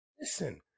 Listen